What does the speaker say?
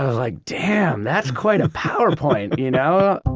like, damn, that's quite a powerpoint, you know?